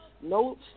no